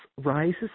rises